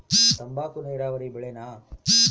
ತಂಬಾಕು ನೇರಾವರಿ ಬೆಳೆನಾ?